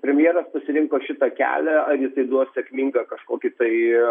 premjeras pasirinko šitą kelią ar jisai duos sėkmingą kažkokį tai